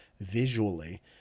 visually